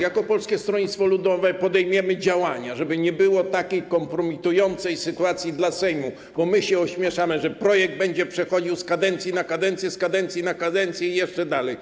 Jako Polskie Stronnictwo Ludowe podejmiemy działania, żeby nie było takiej kompromitującej dla Sejmu sytuacji - bo my się ośmieszamy - że projekt będzie przechodził z kadencji na kadencję, z kadencji na kadencję i jeszcze dłużej.